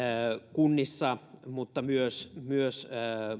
kunnissa mutta myös myös